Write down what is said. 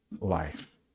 life